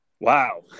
wow